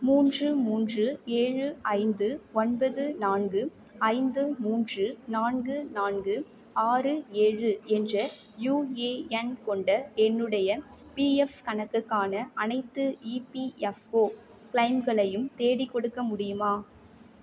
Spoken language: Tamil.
மூன்று மூன்று ஏழு ஐந்து ஒன்பது நான்கு ஐந்து மூன்று நான்கு நான்கு ஆறு ஏழு என்ற யுஏஎன் கொண்ட என்னுடைய பிஃஎப் கணக்குக்கான அனைத்து இபிஎஃப்ஓ கிளைம்களையும் தேடிக்கொடுக்க முடியுமா